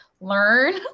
learn